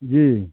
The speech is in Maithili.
जी